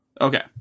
Okay